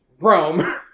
Rome